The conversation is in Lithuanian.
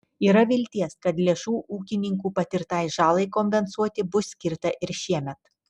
yra vilties kad lėšų ūkininkų patirtai žalai kompensuoti bus skirta ir šiemet